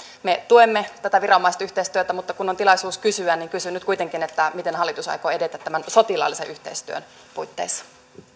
me tuemme tätä viranomaisyhteistyötä mutta kun on tilaisuus kysyä niin kysyn nyt kuitenkin miten hallitus aikoo edetä tämän sotilaallisen yhteistyön puitteissa